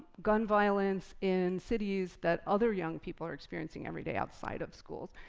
gun violence in cities that other young people are experiencing every day outside of schools.